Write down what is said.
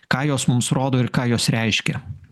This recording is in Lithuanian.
ką jos mums rodo ir ką jos reiškia